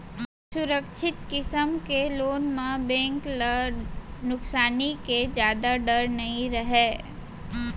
सुरक्छित किसम के लोन म बेंक ल नुकसानी के जादा डर नइ रहय